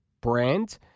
brand